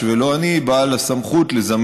מח"ש התעוררו אצלי הרבה מאוד שאלות המשך ותמיהות